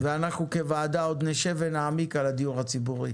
אנחנו כוועדה עוד נשב ונעמיק על הדיור הציבורי